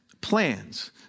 plans